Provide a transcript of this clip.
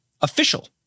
official